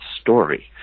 story